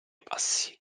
passi